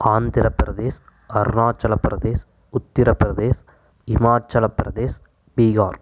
Andhra Pradesh Arunachal Pradesh Uttar Pradesh Himachal Pradesh Bihar